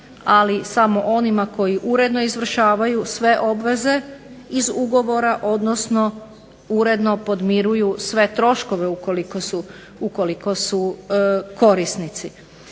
ali samo onima koji uredno izvršavaju sve obveze iz ugovora odnosno uredno podmiruju sve troškove ukoliko su korisnici.